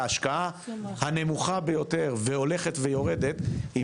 ההשקעה הנמוכה ביותר והולכת ויורדת היא